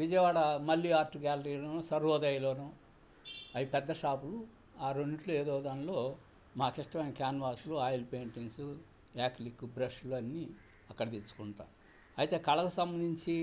విజయవాడ మళ్ళీ ఆర్ట్ గ్యాలరీలోనూ సర్వోదయలోనూ అవి పెద్ద షాపులు ఆ రెండిట్లో ఏదో దానిలో మాకు ఇష్టమైన క్యాన్వాసులు ఆయిల్ పెయింటింగ్స్ యాక్లిక్ బ్రష్లు అన్నీ అక్కడ తెచ్చుకుంటాం అయితే కళకు సంబంధించి